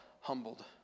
humbled